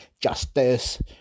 justice